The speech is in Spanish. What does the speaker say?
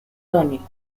tónico